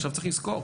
עכשיו צריך לזכור,